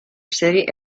city